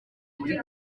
muri